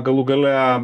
galų gale